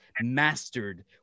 mastered